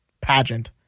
pageant